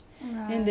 so